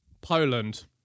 Poland